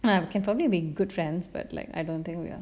I can probably be good friends but like I don't think we are